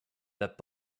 that